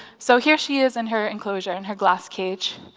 so here she is in her enclosure in her glass cage